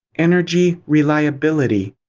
energy reliability.